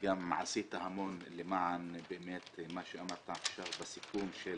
גם עשית המון למען מה שאמרת עכשיו בסיכום של